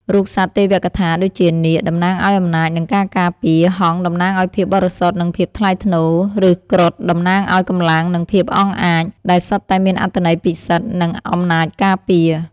រូបសត្វទេវកថា ដូចជា នាគ (តំណាងឱ្យអំណាច និងការការពារ), ហង្ស (តំណាងឱ្យភាពបរិសុទ្ធ និងភាពថ្លៃថ្នូរ) ឬ គ្រុឌ (តំណាងឱ្យកម្លាំង និងភាពអង់អាច) ដែលសុទ្ធតែមានអត្ថន័យពិសិដ្ឋ និងអំណាចការពារ។